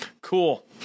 cool